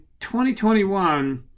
2021